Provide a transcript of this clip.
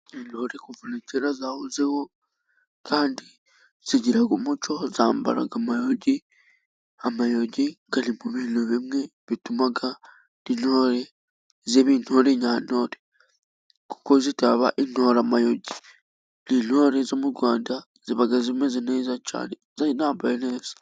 Intore kuva na kera zahozeho kandi zigira umuco. Zambara amayugi. amayugi ari mu bintu bimwe bituma intore ziba intore nyantore, kuko zitaba intoramayogi. Intore zo mu Rwanda ziba zimeze neza cyane zinambaye neza.